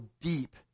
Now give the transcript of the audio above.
deep